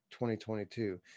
2022